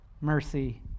mercy